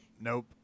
Nope